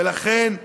ולכן,